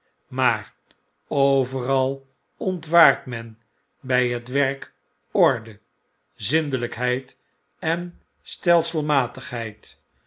maar overal ontwaart men bfi het werk orde zindelijkheid en stelselmatigheid